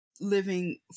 living